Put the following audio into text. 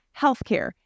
healthcare